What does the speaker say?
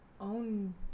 own